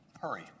hurry